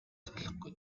салахгүй